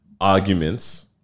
arguments